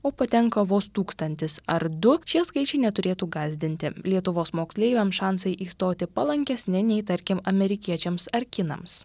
o patenka vos tūkstantis ar du šie skaičiai neturėtų gąsdinti lietuvos moksleiviams šansai įstoti palankesni nei tarkim amerikiečiams ar kinams